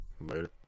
Later